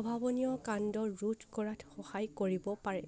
অভাৱনীয় কাণ্ড ৰোধ কৰাত সহায় কৰিব পাৰে